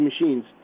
machines